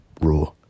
raw